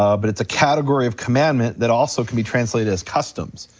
ah but it's a category of commandment that also can be translated as customs.